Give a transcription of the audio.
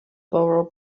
borough